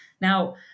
Now